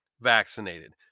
vaccinated